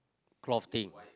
cloth thing